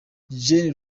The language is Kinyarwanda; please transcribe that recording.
gen